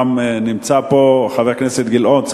נמצא פה גם חבר הכנסת גילאון.